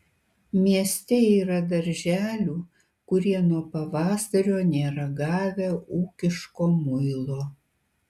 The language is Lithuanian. mieste yra darželių kurie nuo pavasario nėra gavę ūkiško muilo